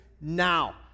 now